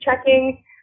checking